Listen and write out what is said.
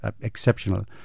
exceptional